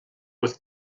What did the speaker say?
with